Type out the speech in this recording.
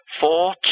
four